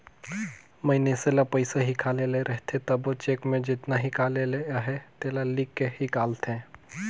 मइनसे ल पइसा हिंकाले ले रहथे तबो चेक में जेतना हिंकाले ले अहे तेला लिख के हिंकालथे